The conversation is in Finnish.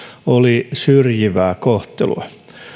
oli syrjivää kohtelua